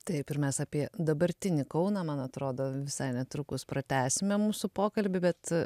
taip ir mes apie dabartinį kauną man atrodo visai netrukus pratęsime mūsų pokalbį bet